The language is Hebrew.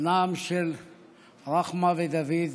בנם של רחמה ודוד,